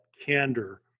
candor